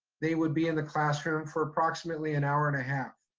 they would be in the classroom for approximately an hour and a half.